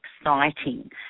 exciting